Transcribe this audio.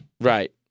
Right